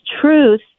truth